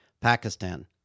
Pakistan